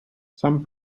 some